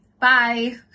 Bye